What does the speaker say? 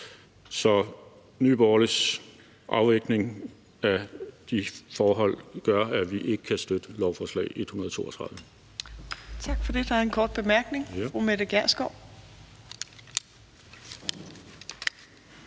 Nye Borgerliges afvejning af de forhold gør, at vi ikke kan støtte lovforslag nr.